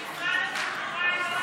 משרד התחבורה לא